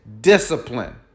discipline